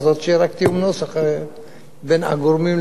שיהיה רק תיאום נוסח בין הגורמים למיניהם.